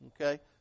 Okay